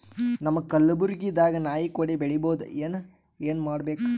ನಮ್ಮ ಕಲಬುರ್ಗಿ ದಾಗ ನಾಯಿ ಕೊಡೆ ಬೆಳಿ ಬಹುದಾ, ಏನ ಏನ್ ಮಾಡಬೇಕು?